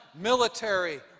military